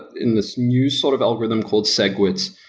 in this new sort of algorithm called segwit.